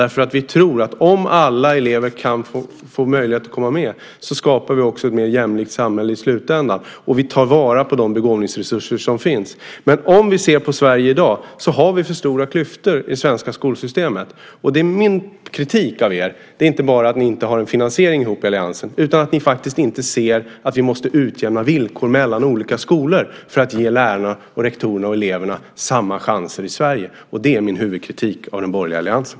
Vi tror nämligen att om alla elever får möjlighet att komma med så skapar vi i slutändan också ett mer jämlikt samhälle, och vi tar vara på de begåvningsresurser som finns. Om vi ser på Sverige i dag har vi för stora klyftor i det svenska skolsystemet. Min kritik av alliansen är inte bara att ni inte har en gemensam finansiering utan att ni faktiskt inte ser att vi måste utjämna villkoren mellan olika skolor för att kunna ge lärarna, rektorerna och eleverna samma chans. Det är min huvudkritik av den borgerliga alliansen.